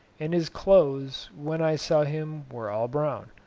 and his clothes, when i saw him, were all brown.